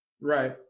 right